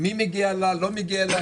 מי מגיע אליה, לא מגיע.